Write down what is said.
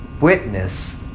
witness